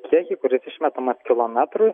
kiekį kuris išmetamas kilometrui